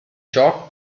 ciò